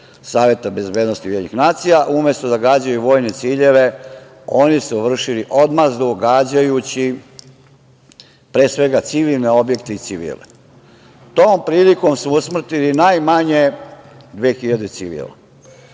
Saveta bezbednosti UN, umesto da gađaju u vojne ciljeve, oni su vršili odmazdu, gađajući pre svega civilne objekte i civile. Tom prilikom su usmrtili najmanje dve hiljade